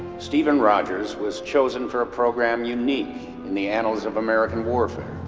steven rogers was chosen for a program unique in the annals of american warfare,